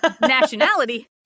nationality